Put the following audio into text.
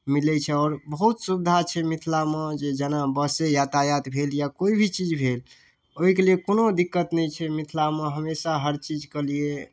मिलै छै आओर बहुत सुविधा छै मिथिलामे जेना बसे यातायात भेल या कोइ भी चीज भेल ओहिके लिए कोनो दिक्कत नहि छै मिथिलामे हमेशा हर चीजके लिए